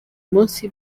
munsi